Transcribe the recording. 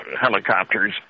helicopters